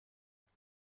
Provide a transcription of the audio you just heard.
جلوش